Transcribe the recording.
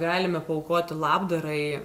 galime paaukoti labdarai